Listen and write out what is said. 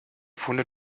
funde